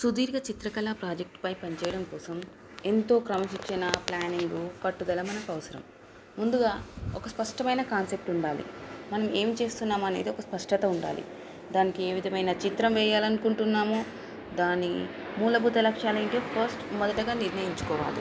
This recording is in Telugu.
సుదీర్ఘ చిత్రకళ ప్రాజెక్టుపై పనిచేయడం కోసం ఎంతో క్రమశిక్షణ ప్లానింగు పట్టుదల మనకు అవసరం ముందుగా ఒక స్పష్టమైన కాన్సెప్ట్ ఉండాలి మనం ఏం చేస్తున్నాము అనేది ఒక స్పష్టత ఉండాలి దానికి ఏ విధమైన చిత్రం వేయాలి అనుకుంటున్నామో దాని మూలభూత లక్ష్యాలు ఏమియ్ ఫస్ట్ మొదటగా నిర్ణయించుకోవాలి